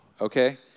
Okay